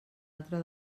altra